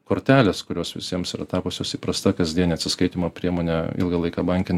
kortelės kurios visiems yra tapusios įprasta kasdienė atsiskaitymo priemonė ilgą laiką banke